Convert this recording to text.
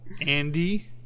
Andy